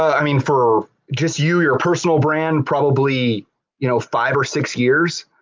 i mean, for just you, your personal brand, probably you know five or six years.